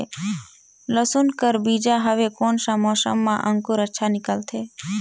लसुन कर बीजा हवे कोन सा मौसम मां अंकुर अच्छा निकलथे?